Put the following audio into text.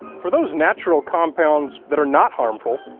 for those natural compounds that are not harmful,